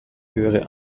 höhere